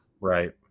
Right